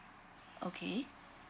okay